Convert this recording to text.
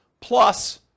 plus